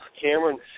Cameron